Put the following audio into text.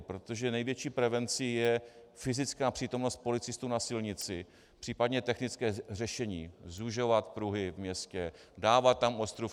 Protože největší prezencí je fyzická přítomnost policistů na silnici, případně technické řešení, zužovat pruhy ve městě, dávat tam ostrůvky.